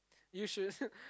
you should